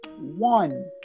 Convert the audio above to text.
one